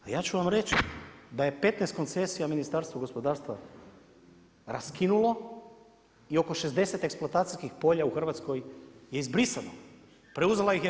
A ja ću vam reći da je 15 koncesija u Ministarstvo gospodarstva raskinulo, i oko 60 eksploatacijskih polja u Hrvatskoj je izbrisano, preuzela ih je RH.